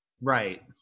Right